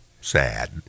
Sad